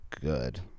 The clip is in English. good